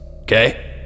Okay